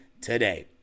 today